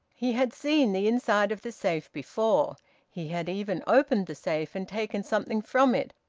he had seen the inside of the safe before he had even opened the safe, and taken something from it,